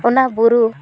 ᱚᱱᱟ ᱵᱩᱨᱩ